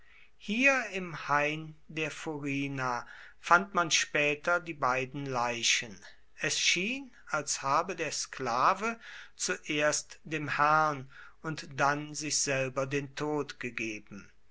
hier im hain der furrina fand man später die beiden leichen es schien als habe der sklave zuerst dem herrn und dann sich selber den tod gegeben